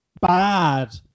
bad